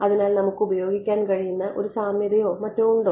അതിനാൽ നമുക്ക് ഉപയോഗിക്കാൻ കഴിയുന്ന ഒരു സാമ്യതയോ മറ്റോ ഉണ്ടോ